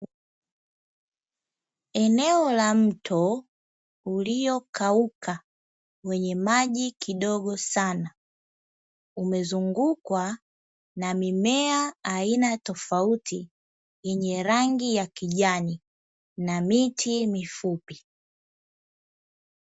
Eneo la mto uliokauka wenye maji kidogo sana umezungukwa na mimea aina tofauti yenye rangi ya kijani na miti mifupi.